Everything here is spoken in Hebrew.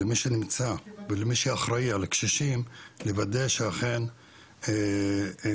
למי שנמצא ולמי שאחראי על קשישים לוודא שאכן חיבורי